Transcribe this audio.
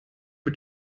mit